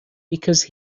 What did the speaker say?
because